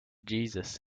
jesus